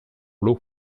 l’eau